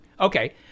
okay